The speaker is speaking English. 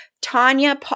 Tanya